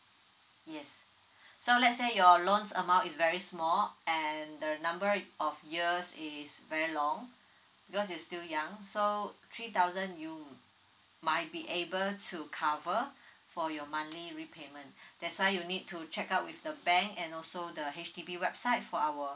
yes so let's say your loans amount is very small and the number of years is very long because you still young so three thousand you might be able to cover for your monthly repayment that's why you need to check out with the bank and also the H_D_B website for our